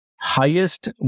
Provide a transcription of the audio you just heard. highest